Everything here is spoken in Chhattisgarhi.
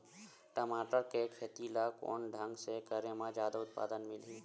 टमाटर के खेती ला कोन ढंग से करे म जादा उत्पादन मिलही?